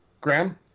Graham